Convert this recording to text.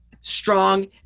strong